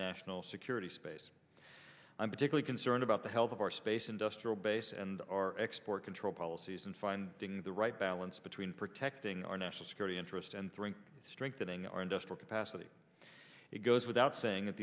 national security space i'm particularly concerned about the health of our space industrial base and our export control policies and finding the right balance between protecting our national security interests and three strengthening our industrial capacity it goes without saying that